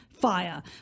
fire